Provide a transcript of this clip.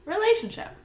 relationship